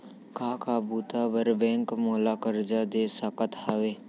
का का बुता बर बैंक मोला करजा दे सकत हवे?